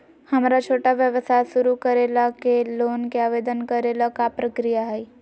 हमरा छोटा व्यवसाय शुरू करे ला के लोन के आवेदन करे ल का प्रक्रिया हई?